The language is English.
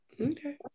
Okay